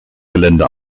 gelände